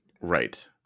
Right